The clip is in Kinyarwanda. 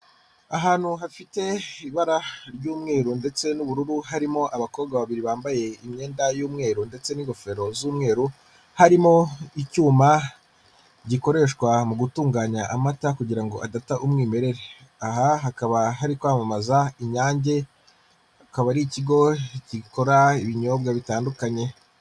Ahantu hafite ibara ry'umweru ndetse n'ubururu harimo abakobwa babiri bambaye imyenda y'umweru ndetse n'ingofero z'umweru, harimo icyuma gikoreshwa mu gutunganya amata kugirango ngo adata umwimerere. Aha hakaba hari kwamamaza inyange akaba ari ikigo gikora ibinyobwa bitandukanye.